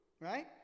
right